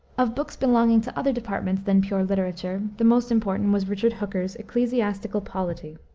of books belonging to other departments than pure literature, the most important was richard hooker's ecclesiastical polity,